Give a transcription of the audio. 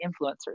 influencers